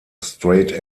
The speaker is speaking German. straight